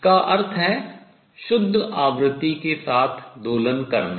इसका अर्थ है शुद्ध आवृत्ति के साथ दोलन करना